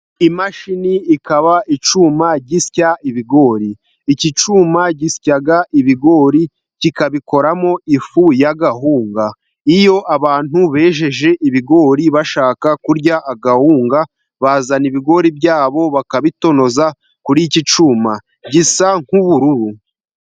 Imashini ni icyuma gisya ibigori. Iki cyuma gisya ibigori kikabikoramo ifu y'akawunga. Iyo abantu bejeje ibigori bashaka kurya akawunga, bazana ibigori byabo bakabitonoza kuri iki cyuma gisa nk'ubururu.